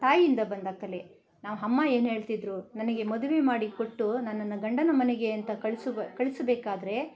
ತಾಯಿಯಿಂದ ಬಂದ ಕಲೆ ನಾವು ಅಮ್ಮ ಏನು ಹೇಳ್ತಿದ್ರು ನನಗೆ ಮದುವೆ ಮಾಡಿ ಕೊಟ್ಟು ನನ್ನನ್ನು ಗಂಡನ ಮನೆಗೆ ಅಂತ ಕಳ್ಸ ಕಳ್ಸ್ಬೇಕಾದ್ರೆ